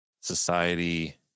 society